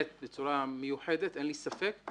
אין לי ספק,